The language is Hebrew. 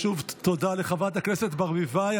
שוב, תודה לחברת הכנסת ברביבאי.